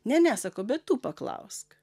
ne ne sako bet tu paklausk